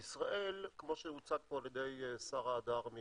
כמו שנאמר על ידי שרה הדר,